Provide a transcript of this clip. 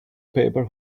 paper